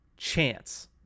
Chance